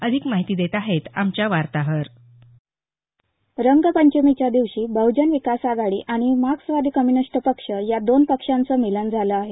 अधिक माहिती देत आहे आमच्या वार्ताहर रंगपंचमीच्या दिवशी बहुजन विकास आघाडी आणि मार्क्सवादी कम्यूनिस्ट पक्ष या दोन पक्षांचं मिलन झालं आहे